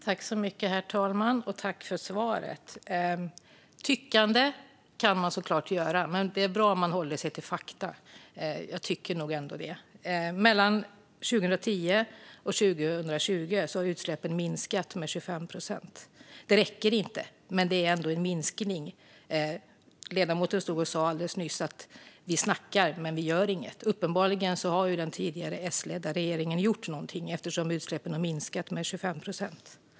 Herr talman! Tack, Thomas Morell, för svaret! Tycka kan man såklart göra, men jag tycker att det är bra om man håller sig till fakta. Mellan 2010 och 2020 har utsläppen minskat med 25 procent. Det räcker inte, men det är ändå en minskning. Ledamoten stod alldeles nyss och sa att vi snackar men inte gör något. Uppenbarligen har den tidigare S-ledda regeringen ändå gjort någonting, eftersom utsläppen har minskat med 25 procent.